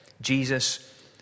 Jesus